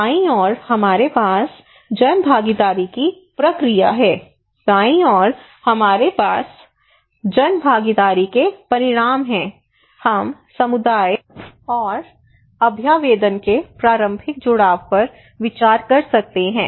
बायीं ओर हमारे पास जनभागीदारी की प्रक्रिया है दायीं ओर हमारे पास जनभागीदारी के परिणाम हैं हम समुदाय और अभ्यावेदन के प्रारंभिक जुड़ाव पर विचार कर सकते हैं